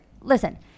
listen